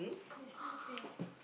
that's not fair